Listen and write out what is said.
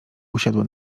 usiadła